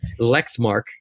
Lexmark